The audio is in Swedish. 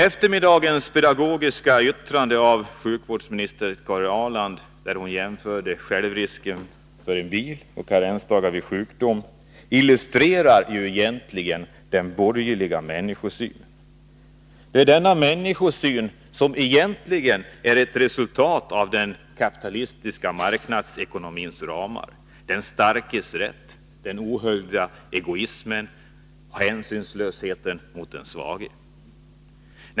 Eftermiddagens pedagogiska yttrande av sjukvårdsministern Karin Ahrland, där hon jämförde självrisk för en bil och karensdagar vid sjukdom, illustrerar nämligen den borgerliga människosynen. Det är denna människosyn som blir resultatet av den kapitalistiska marknadsekonomins ramar — den starkes rätt, den ohöljda egoismen och hänsynslösheten mot den svage.